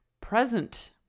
present